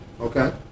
Okay